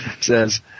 says